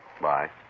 Bye